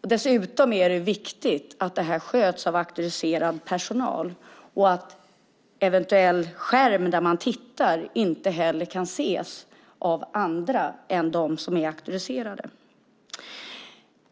Dessutom är det viktigt att detta sköts av auktoriserad personal och att eventuell skärm där man tittar inte kan ses av andra än dem som är auktoriserade.